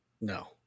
No